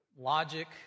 logic